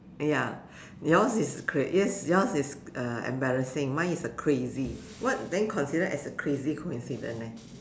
ya yours is cr~ yes yours is embarrassing mine is a crazy what then considered as a crazy coincidence leh